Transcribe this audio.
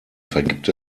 vergibt